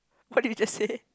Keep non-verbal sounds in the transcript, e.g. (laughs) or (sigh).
(laughs) what did you just say